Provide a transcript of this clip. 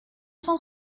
cent